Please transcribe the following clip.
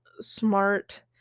smart